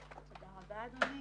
תודה, אדוני.